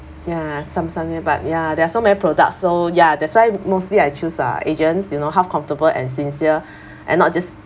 ya some something about ya there are so many products so ya that's why mostly I choose uh agents you know how comfortable and sincere and not just